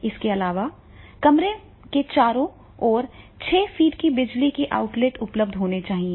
इसके अलावा कमरे के चारों ओर हर 6 फीट पर बिजली के आउटलेट उपलब्ध होने चाहिए